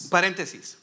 Paréntesis